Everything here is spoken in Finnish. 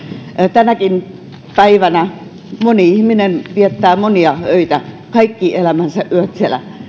tänäkin päivänä moni ihminen viettää monia öitä kaikki elämänsä yöt siellä